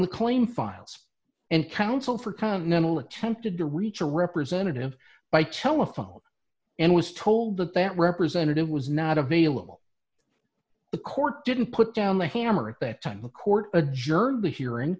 the claim files and counsel for continental attempted to reach a representative by telephone and was told that that representative was not available the court didn't put down the hammer at that time the court